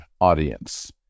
audience